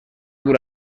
dur